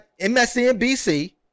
MSNBC